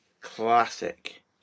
classic